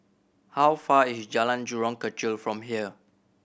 how far is Jalan Jurong Kechil from here